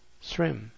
Shrimp